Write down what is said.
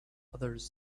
others